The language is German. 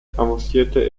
avancierte